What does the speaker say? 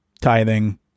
tithing